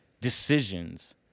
decisions